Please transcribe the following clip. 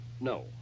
no